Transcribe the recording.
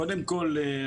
קודם כל,